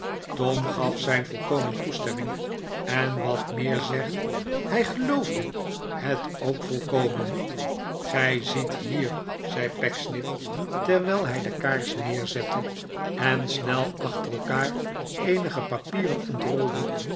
tom gaf zijn volkomen toestemming en wat meer zegt hij geloofde het ook volkomen gij ziet hier zei pecksniff terwijl hij de kaars neerzette en snel achter elkaar eenige papieren